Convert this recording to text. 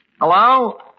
Hello